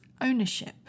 ownership